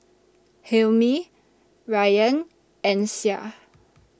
Hilmi Rayyan and Syah